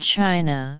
China